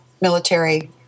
military